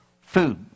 Food